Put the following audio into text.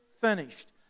finished